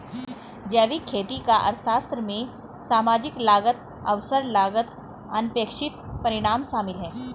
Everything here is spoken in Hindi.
जैविक खेती का अर्थशास्त्र में सामाजिक लागत अवसर लागत अनपेक्षित परिणाम शामिल है